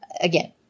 again